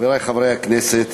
חברי חברי הכנסת,